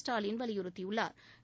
ஸ்டாலின் வலியுறுத்தியுள்ளாா்